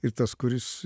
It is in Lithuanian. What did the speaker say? ir tas kuris